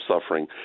suffering